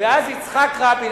ואז יצחק רבין,